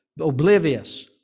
oblivious